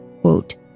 quote